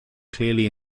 clearly